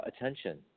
attention